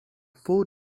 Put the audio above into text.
four